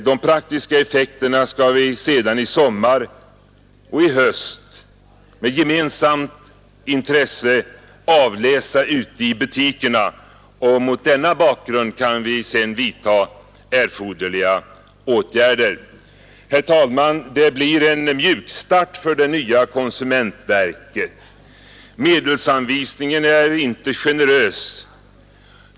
De praktiska effekterna skall vi sedan i sommar och i höst med gemensamt intresse avläsa ute i butikerna, och mot denna bakgrund kan vi sedan vidtaga erforderliga åtgärder. Herr talman! Det blir en mjukstart för det nya konsumentverket. Medelsanvisningen är inte generös.